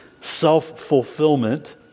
self-fulfillment